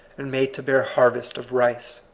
and made to bear harvests of rice.